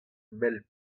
mell